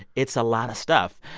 it's a lot of stuff.